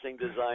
design